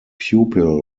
pupil